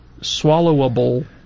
swallowable